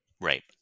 Right